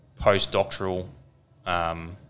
postdoctoral –